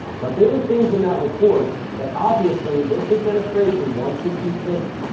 but there are things in that report that obviously this administration wants to keep hidden,